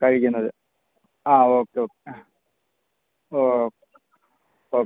കഴിക്കുന്നത് ആ okay okay ആ ഓ ഓക്കെ